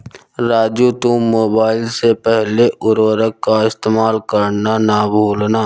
राजू तुम मोबाइल से पहले उर्वरक का इस्तेमाल करना ना भूलना